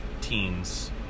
teens